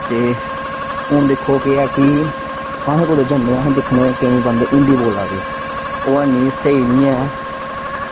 ते हून दिक्खो केह् ऐ की असें कुदै जन्ने असें दिक्खने केईं बंदे हिंदी बोल्ला दे ओह् ऐनी स्हेई निं ऐ